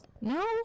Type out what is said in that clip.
No